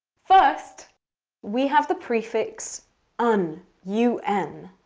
first we have the prefix un. u, n.